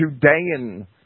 Judean